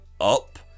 up